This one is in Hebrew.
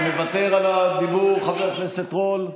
מוותר על הדיבור, חבר הכנסת רול,